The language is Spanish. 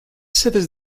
sedes